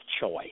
choice